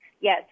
yes